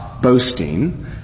boasting—